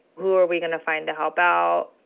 who are we gonna find to help out?